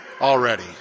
already